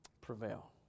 prevail